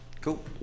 Cool